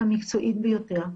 המקצועית ביותר,